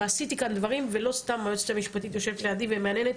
ועשיתי כאן דברים ולא סתם היועצת המשפטית יושבת כאן לידי ומהנהנת,